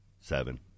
seven